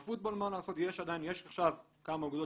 בפוטבול, מה לעשות, יש עכשיו כמה אגודות